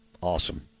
awesome